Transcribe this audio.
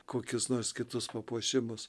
kokius nors kitus papuošimus